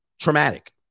traumatic